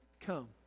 come